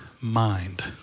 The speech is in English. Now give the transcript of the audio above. mind